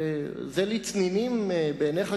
וזה לצנינים בעיניך,